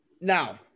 Now